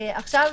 עכשיו,